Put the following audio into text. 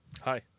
Hi